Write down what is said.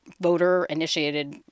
voter-initiated